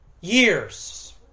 Years